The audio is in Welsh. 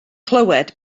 clywed